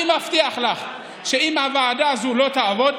אני מבטיח לך שאם הוועדה הזאת לא תעבוד,